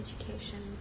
education